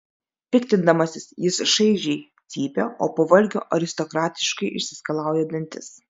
piktindamasis jis šaižiai cypia o po valgio aristokratiškai išsiskalauja dantis